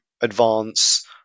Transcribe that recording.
advance